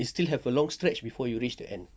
it still have a long stretch before you reach the end